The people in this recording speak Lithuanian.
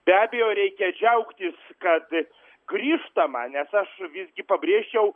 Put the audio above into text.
be abejo reikia džiaugtis kad grįžtama nes aš visgi pabrėžčiau